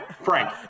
Frank